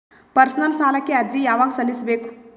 Personal ಸಾಲಕ್ಕೆ ಅರ್ಜಿ ಯವಾಗ ಸಲ್ಲಿಸಬೇಕು?